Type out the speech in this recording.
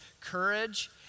courage